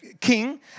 king